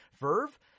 Verve